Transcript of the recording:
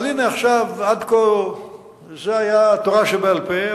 עד כה זו היתה התורה שבעל-פה,